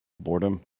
Boredom